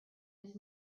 his